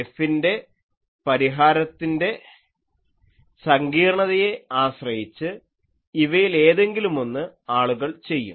F ൻ്റെ പരിഹാരത്തിൻ്റെ സങ്കീർണ്ണതയെ ആശ്രയിച്ച് ഇവയിലേതെങ്കിലുമൊന്ന് ആളുകൾ ചെയ്യും